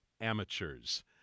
amateurs